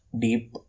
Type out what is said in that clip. deep